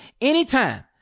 anytime